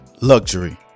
luxury